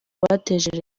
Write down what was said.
bateje